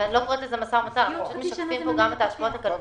יש פה גם ההשפעות הכלכליות.